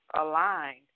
aligned